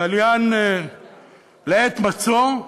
תליין לעת מצוא.